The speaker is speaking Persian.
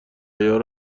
عیار